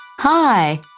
Hi